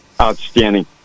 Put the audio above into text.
Outstanding